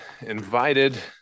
invited